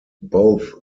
both